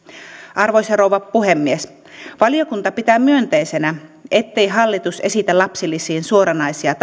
arvoisa rouva puhemies valiokunta pitää myönteisenä ettei hallitus esitä lapsilisiin suoranaisia